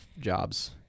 jobs